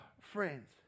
friends